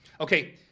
Okay